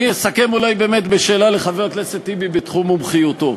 אני אסכם אולי באמת בשאלה לחבר הכנסת טיבי בתחום מומחיותו.